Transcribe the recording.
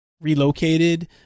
Relocated